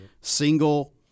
single